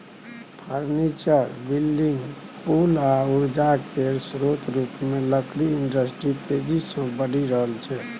furniture, building, पुल आ उर्जा केर स्रोत रुपमे लकड़ी इंडस्ट्री तेजी सँ बढ़ि रहल छै